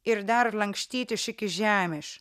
ir dar lankstytis iki žemės